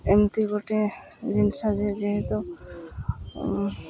ଏମିତି ଗୋଟେ ଜିନିଷ ଯେ ଯେହେତୁ